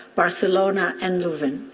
barcelona, and luven.